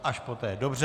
Až poté, dobře.